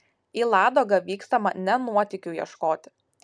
į ladogą vykstama ne nuotykių ieškoti